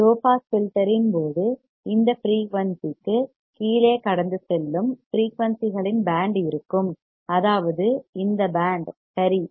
low pass filter இன் போது இந்த ஃபிரீயூன்சிற்குக் கீழே கடந்து செல்லும் ஃபிரீயூன்சிகளின் பேண்ட் இருக்கும் அதாவது இந்த பேண்ட் சரி